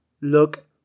look